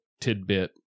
tidbit